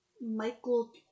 Michael